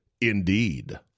Indeed